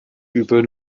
übel